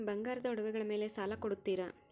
ಬಂಗಾರದ ಒಡವೆಗಳ ಮೇಲೆ ಸಾಲ ಕೊಡುತ್ತೇರಾ?